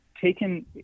taken